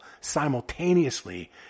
simultaneously